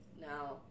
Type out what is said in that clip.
now